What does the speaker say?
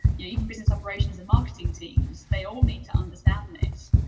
yeah even business operations and marketing teams. they all need to understand this.